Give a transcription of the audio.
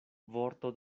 vorto